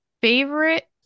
Favorite